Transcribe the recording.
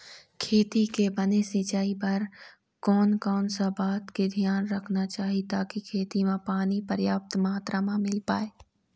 खेती के बने सिचाई बर कोन कौन सा बात के धियान रखना चाही ताकि खेती मा पानी पर्याप्त मात्रा मा मिल पाए?